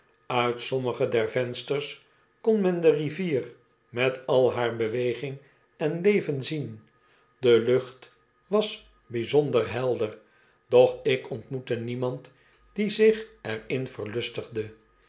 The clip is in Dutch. uit sommige der vensters kon men de rivier met al haar beweging en leven zien de lucht was bijzonder helder doch ik ontmoette niemand die zich er in verlustigde